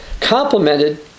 complemented